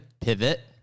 pivot